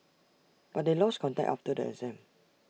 but they lost contact after the exam